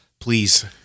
Please